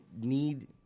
need